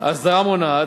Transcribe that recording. הסדרה מונעת,